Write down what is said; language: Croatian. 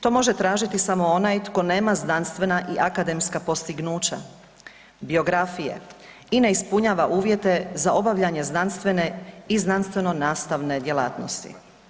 To može tražiti samo onaj tko nema znanstvena i akademska postignuća, biografije i ne ispunjava uvjete za obavljanje znanstvene i znanstveno-nastavne djelatnosti.